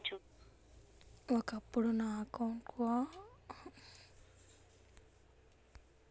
ఒకప్పుడు నాకు Orkut account ఉండేది ఇప్పుడైతే పర్సనల్ గా ఒక ఫేస్ బుక్ అకౌంట్ కూడా ఉంది